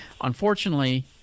unfortunately